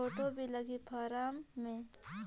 Photo भी लगी form मे?